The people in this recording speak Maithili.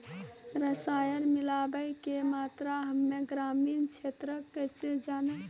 रसायन मिलाबै के मात्रा हम्मे ग्रामीण क्षेत्रक कैसे जानै?